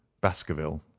baskerville